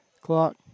clock